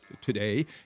today